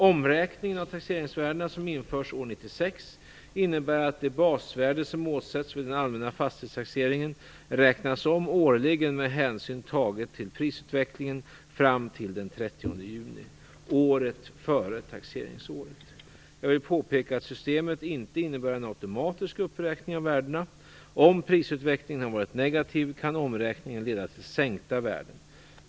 Omräkningen av taxeringsvärdena som införs år 1996 innebär att det basvärde som åsätts vid den allmänna fastighetstaxeringen räknas om årligen med hänsyn taget till prisutvecklingen fram till den 30 juni året före taxeringsåret. Jag vill påpeka att systemet inte innebär en automatisk uppräkning av värdena. Om prisutvecklingen varit negativ kan omräkningen leda till sänkta värden.